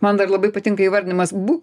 man dar labai patinka įvardinimas būk